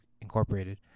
Incorporated